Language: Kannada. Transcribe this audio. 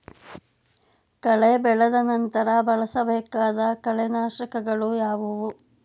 ಕಳೆ ಬೆಳೆದ ನಂತರ ಬಳಸಬೇಕಾದ ಕಳೆನಾಶಕಗಳು ಯಾವುವು?